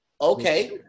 Okay